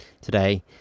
today